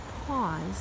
pause